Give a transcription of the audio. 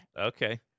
Okay